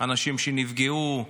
אנשים שנפגעו,